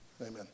amen